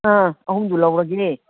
ꯑꯥ ꯑꯍꯨꯝꯗꯨ ꯂꯧꯔꯒꯦ